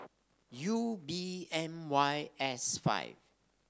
U B M Y S five